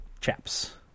Chaps